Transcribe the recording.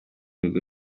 gihugu